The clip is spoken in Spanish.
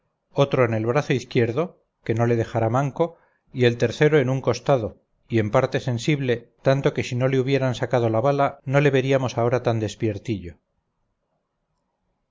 otro en el brazo izquierdo que no le dejará manco y el tercero en un costado y en parte sensible tanto que si no le hubieran sacado la bala no le veríamos ahora tan